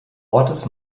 ortes